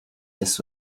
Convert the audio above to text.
this